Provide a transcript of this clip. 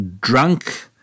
drunk